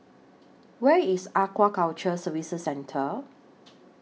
Where IS Aquaculture Services Centre